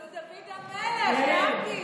אבל הוא דוד המלך, להבדיל.